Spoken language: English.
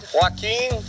Joaquin